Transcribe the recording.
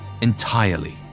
entirely